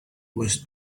was